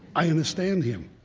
i understand him.